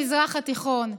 במזרח התיכון.